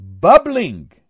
bubbling